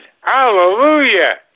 Hallelujah